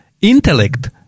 Intellect